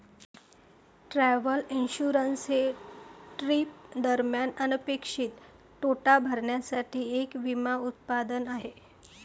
travel insurance हे trip दरम्यान अनपेक्षित तोटा भरण्यासाठी एक विमा उत्पादन आहे